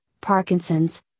Parkinson's